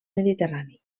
mediterrani